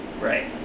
Right